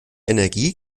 energie